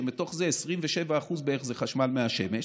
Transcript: ומתוך זה 27% בערך זה חשמל מהשמש,